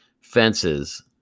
fences